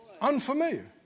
Unfamiliar